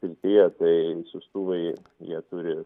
srityje tai siųstuvai jie turi